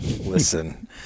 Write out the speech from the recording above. Listen